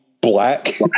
Black